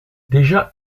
déjà